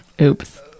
Oops